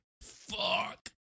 Fuck